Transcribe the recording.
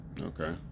okay